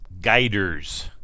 guiders